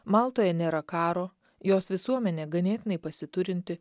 maltoje nėra karo jos visuomenė ganėtinai pasiturinti